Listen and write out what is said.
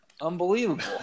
Unbelievable